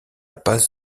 pas